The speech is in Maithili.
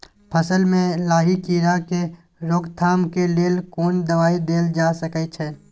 फसल में लाही कीरा के रोकथाम के लेल कोन दवाई देल जा सके छै?